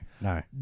no